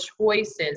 choices